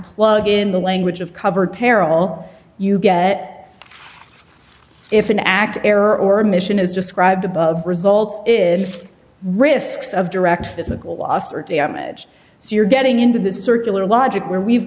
plug in the language of covered peril you get if an act error or a mission as described above results if risks of direct physical loss or damage so you're getting into the circular logic where we've